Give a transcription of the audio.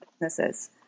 businesses